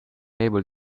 label